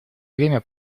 время